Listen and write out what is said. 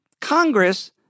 Congress